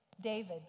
David